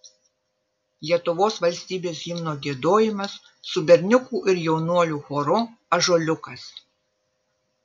lietuvos valstybės himno giedojimas su berniukų ir jaunuolių choru ąžuoliukas